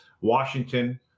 washington